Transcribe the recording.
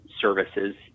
services